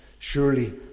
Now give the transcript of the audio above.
Surely